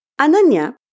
Ananya